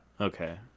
Okay